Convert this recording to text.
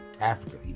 Africa